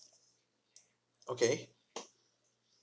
okay